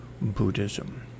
Buddhism